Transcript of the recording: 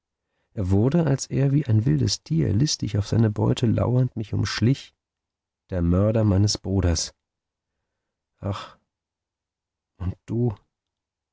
er wurde als er wie ein wildes tier listig auf seine beute lauernd mich umschlich der mörder meines bruders ach und du